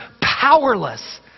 powerless